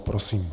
Prosím.